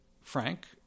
frank